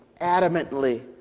adamantly